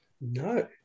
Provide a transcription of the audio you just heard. No